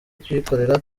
kuyikorera